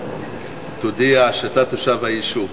תודיע שאתה תושב היישוב.